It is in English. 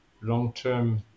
long-term